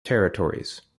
territories